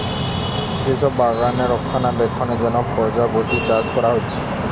যে সব বাগানে রক্ষণাবেক্ষণের জন্যে প্রজাপতি চাষ কোরা হচ্ছে